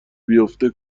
بیافته